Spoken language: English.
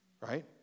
right